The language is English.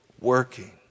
working